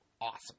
Awesome